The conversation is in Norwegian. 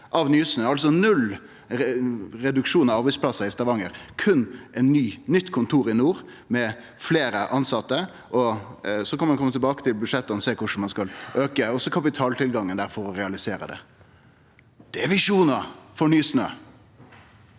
null reduksjon av arbeidsplassar i Stavanger, berre eit nytt kontor i nord, med fleire tilsette? Så kan ein kome tilbake til budsjetta og sjå korleis ein skal auke også kapitaltilgangen der for å realisere det. Det er visjonar for Nysnø!